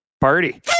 party